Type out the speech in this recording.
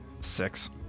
Six